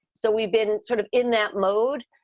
so we've been sort of in that mode.